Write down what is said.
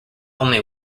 only